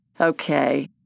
Okay